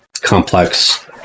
complex